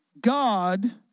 God